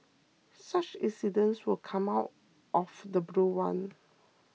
such incidents will come out of the blue one